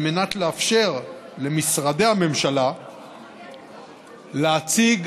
לאפשר למשרדי הממשלה להציג